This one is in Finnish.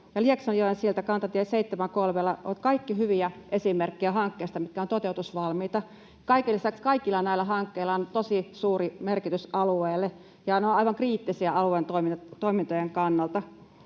Lieksanjoen silta kantatie 73:lla ovat kaikki hyviä esimerkkejä hankkeista, mitkä ovat toteutusvalmiita. Kaiken lisäksi kaikilla näillä hankkeilla on tosi suuri merkitys alueelle, ja ne ovat aivan kriittisiä alueen toimintojen kannalta.